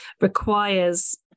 requires